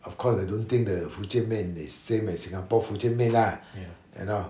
of course I don't think the 炒福建面 is same as singapore 福建面 lah you know